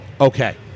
Okay